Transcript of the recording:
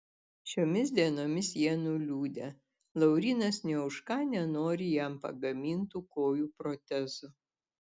šiomis dienomis jie nuliūdę laurynas nė už ką nenori jam pagamintų kojų protezų